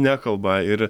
nekalba ir